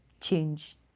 change